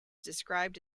described